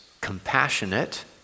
compassionate